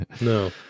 no